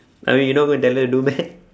I mean you not gonna tell them do meh